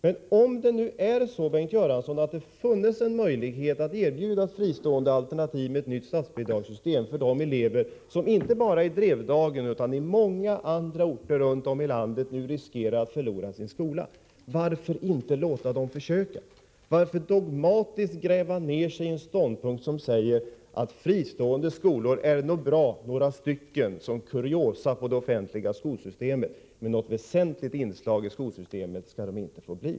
Men om det, Bengt Göransson, funnits en möjlighet att erbjuda fristående alternativ med ett nytt statsbidragssystem för de elever som riskerar att förlora sin skola — inte bara i Drevdagen utan i många andra orter runt om i landet — varför inte låta dem försöka? Varför dogmatiskt gräva ned sigi en ståndpunkt som säger: Fristående skolor är nog bra, några stycken, som kuriosa i motvikt till det offentliga skolsystemet, men något väsentligt inslag i skolsystemet skall de inte få bli.